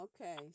Okay